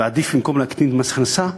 ועדיף במקום להקטין את מס ההכנסה,